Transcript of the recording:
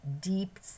deep